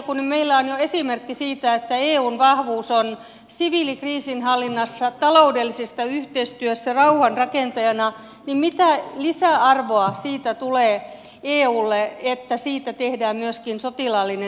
kun meillä on jo esimerkki siitä että eun vahvuus on siviilikriisinhallinnassa taloudellisessa yhteistyössä rauhanrakentajana mitä lisäarvoa siitä tulee eulle että siitä tehdään myöskin sotilaallinen liittouma